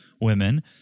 women